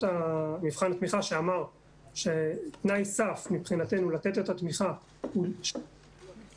מבחן התמיכה שאמר שתנאי סף מבחינתנו לתת את התמיכה הוא שישמרו